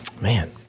Man